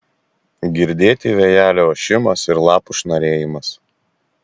girdėti vėjelio ošimas ir lapų šnarėjimas